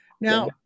Now